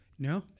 No